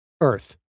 Earth